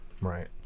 right